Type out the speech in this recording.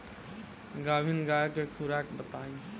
गाभिन गाय के खुराक बताई?